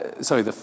Sorry